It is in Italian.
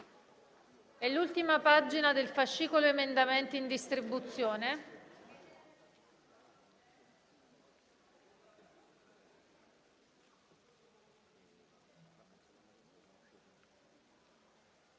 nell'ultima pagina del fascicolo degli emendamenti in distribuzione.